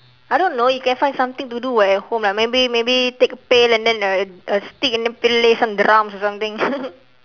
I don't know you can find something to do [what] at home like maybe maybe take a pail and then a a stick and then play some drums or something